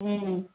ம்